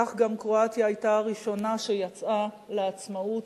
כך גם קרואטיה היתה הראשונה שיצאה לעצמאות